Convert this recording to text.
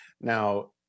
Now